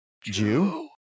Jew